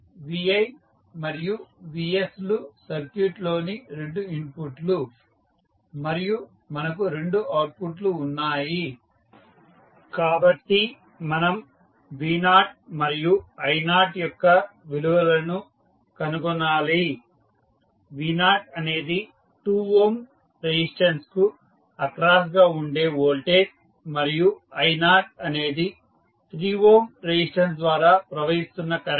vi మరియు vs లు సర్క్యూట్లోని రెండు ఇన్పుట్లు మరియు మనకు రెండు అవుట్పుట్లు ఉన్నాయి కాబట్టి మనం v0 మరియు i0 యొక్క విలువలను కనుగొనాలి v0 అనేది 2 Ω రెసిస్టెన్స్ కు అక్రాస్ గా ఉండే వోల్టేజ్ మరియు i0 అనేది 3Ω రెసిస్టెన్స్ ద్వారా ప్రవహిస్తున్న కరెంట్